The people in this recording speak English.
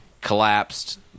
collapsed